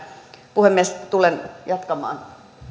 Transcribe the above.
puhemies tulen jatkamaan